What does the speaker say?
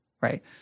right